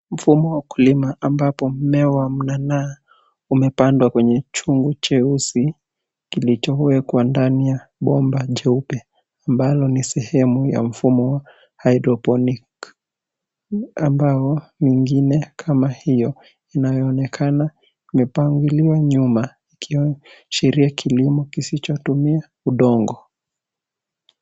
Mfumo wa ukulima ambapo mewa mnanaa umepandwa kwenye chungu cheusi kilichowekwa ndani ya bomba jeupe ambalo ni sehemu ya mfumo wa hydroponic ,ambao mengine kama hiyo inayoonekana imepangiliwa nyuma ikiashiria kilimo kisichotumia udongo.